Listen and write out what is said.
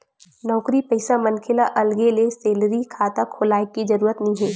नउकरी पइसा मनखे ल अलगे ले सेलरी खाता खोलाय के जरूरत नइ हे